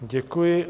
Děkuji.